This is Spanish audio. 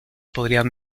podrían